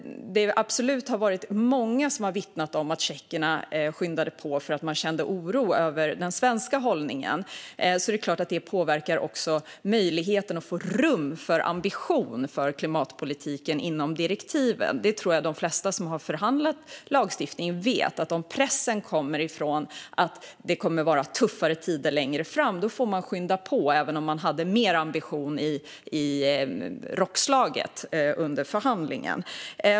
Det är många som vittnat om att tjeckerna skyndade på för att man kände oro över den svenska hållningen. Det påverkar såklart möjligheten att få rum för ambition för klimatpolitiken inom direktiven. Jag tror att de flesta som har förhandlat om lagstiftning vet att om det kommer press om tuffare tider längre fram får man skynda på, även om man hade mer ambition i rockslaget under förhandlingen.